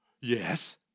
Yes